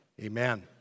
amen